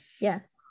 Yes